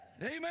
Amen